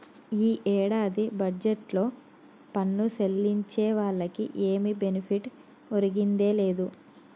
ఈ ఏడాది బడ్జెట్లో పన్ను సెల్లించే వాళ్లకి ఏమి బెనిఫిట్ ఒరిగిందే లేదు